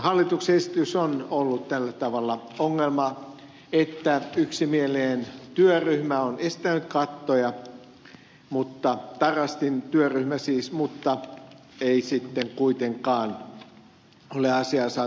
hallituksen esitys on ollut tällä tavalla ongelma että yksimielinen työryhmä on esittänyt kattoja tarastin työryhmä siis mutta ei sitten kuitenkaan ole asiaa saatu lakiin saakka